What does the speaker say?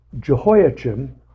Jehoiachin